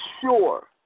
sure